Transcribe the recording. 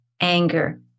anger